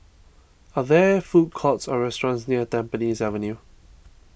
are there food courts or restaurants near Tampines Avenue